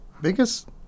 biggest